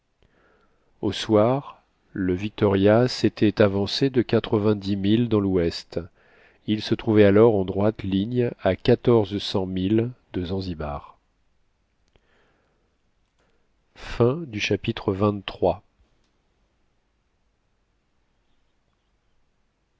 au soir le victoria s'était avancé de quatre-vingt-dix milles dans l'ouest il se trouvait alors en droite ligne à quatorze cents milles de zanzibar chapitre